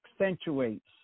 accentuates